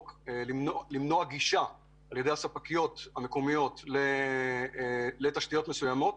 למנוע גישה של הספקיות המקומיות לתשתיות מסוימות.